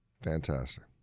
Fantastic